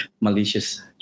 malicious